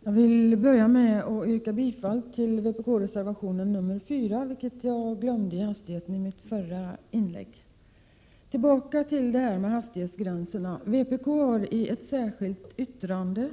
Herr talman! Jag vill börja med att yrka bifall till vpk-reservationen nr 4. Vpk har i ett särskilt yttrande